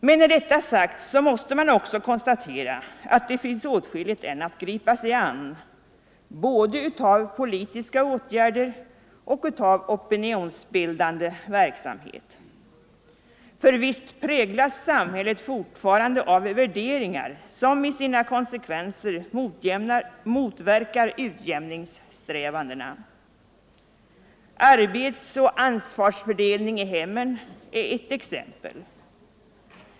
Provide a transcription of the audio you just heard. Men när detta sagts, måste man också konstatera att det fortfarande finns åtskilligt att gripa sig an, både av politiska åtgärder och opinionsbildande verksamhet. Visst präglas samhället fortfarande av värderingar som i sina konsekvenser motverkar utjämningssträvandena. Arbets-och ansvarsfördelningen i hemmet är ett exempel.